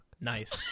Nice